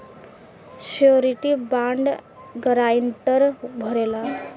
surety bond guarantor भरेला